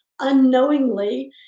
unknowingly